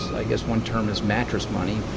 i guess one term is mattress money.